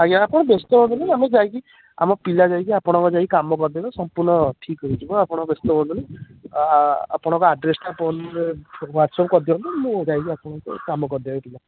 ଆଜ୍ଞା ଆପଣ ବ୍ୟସ୍ତ ହୁଅନ୍ତୁନି ଆମେ ଯାଇଁକି ଆମ ପିଲା ଯାଇ କି ଆପଣଙ୍କର ଯାଇକି କାମ କରିଦେବେ ସମ୍ପୂର୍ଣ ଠିକ୍ ହୋଇଯିବ ଆପଣ ବ୍ୟସ୍ତ ହୁଅନ୍ତୁନି ଆପଣଙ୍କ ଆଡ୍ରେସ୍ ଟା ଫୋନ୍ରେ ୱାଟସଆପ୍ କରିଦିଅନ୍ତୁ ମୁଁ ଯାଇକି ଆପଣଙ୍କ କାମ କରିଦେବେ ପିଲା